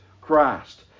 Christ